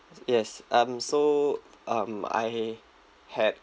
yes um so um I had